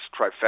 trifecta